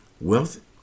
Wealth